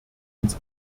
uns